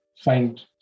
find